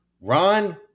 Run